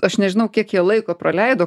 aš nežinau kiek jie laiko praleido